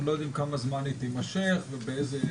לא יודעים כמה זמן היא תימשך ובאיזה עוצמות.